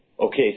Okay